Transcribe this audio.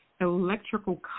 electrical